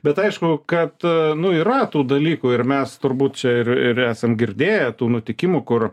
bet aišku kad nu yra tų dalykų ir mes turbūt čia ir ir esam girdėję tų nutikimų kur